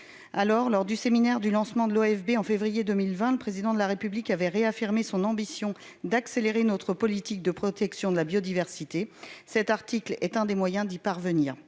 alors lors du séminaire du lancement de l'en février 2020, le président de la République avait réaffirmé son ambition d'accélérer notre politique de protection de la biodiversité, cet article est un des moyens d'y parvenir